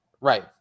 Right